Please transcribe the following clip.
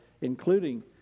including